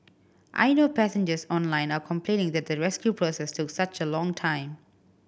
I know passengers online are complaining that the rescue process took such a long time